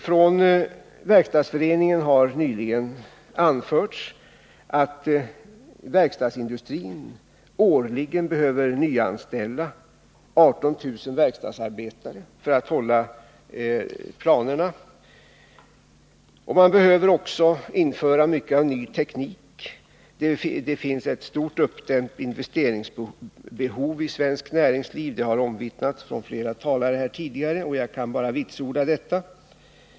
Från Verkstadsföreningen har nyligen anförts att verkstadsindustrin årligen behöver nyanställa 18 000 verkstadsarbetare för att hålla planerna. Man behöver också införa mycket av ny teknik. Det finns ett stort uppdämt behov i svenskt näringsliv — det har omvittnats från flera talare tidigare, och jag kan bara vitsorda det.